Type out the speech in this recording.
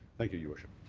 thank you, your worship.